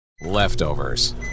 Leftovers